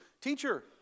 teacher